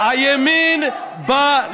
זה סיפוח.